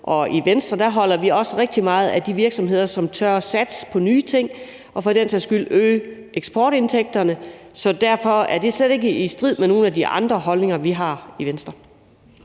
i Venstre holder vi også rigtig meget af de virksomheder, som tør at satse på nye ting og for den sags skyld øge eksportindtægterne. Så derfor er det slet ikke i strid med nogen af de andre holdninger, vi har i Venstre.